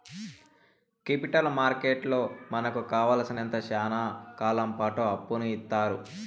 capital మార్కెట్లో మనకు కావాలసినంత శ్యానా కాలంపాటు అప్పును ఇత్తారు